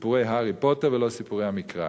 סיפורי הארי פוטר ולא סיפורי המקרא.